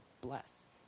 bless